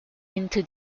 into